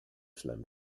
slam